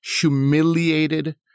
humiliated